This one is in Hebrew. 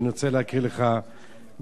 ואני רוצה להקריא לך מהכתוב,